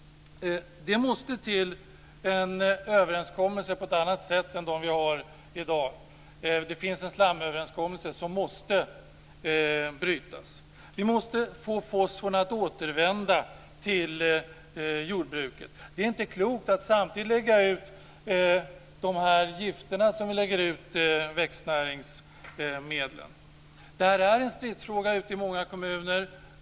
Det måste till en överenskommelse på ett annat sätt än de vi har i dag. Det finns en slamöverenskommelse som måste brytas. Vi måste få fosforn att återvända till jordbruket. Det är inte klokt att lägga ut dessa gifter samtidigt som vi lägger ut växtnäringsmedel. Det här är en stridsfråga i många kommuner.